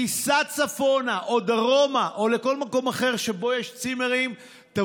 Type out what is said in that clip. ותיסע צפונה או דרומה או לכל מקום אחר שבו יש צימרים לנופש?